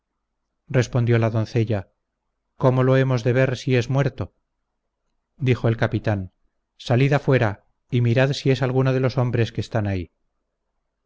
respondió la doncella cómo lo hemos de ver si es muerto dijo el capitán salid afuera y mirad si es alguno de los hombres que están ahí